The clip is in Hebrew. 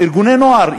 ארגוני נוער.